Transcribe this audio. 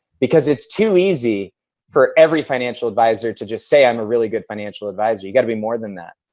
because it's too easy for every financial advisor to just say, i'm a really good financial advisor. you got to be more than that.